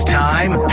time